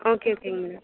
okay ஓகேங்க madam